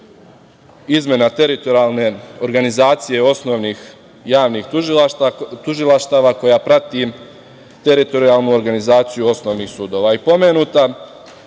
izmena teritorijalne organizacije osnovnih javnih tužilaštava koja prati teritorijalnu organizaciju osnovnih sudova.